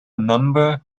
number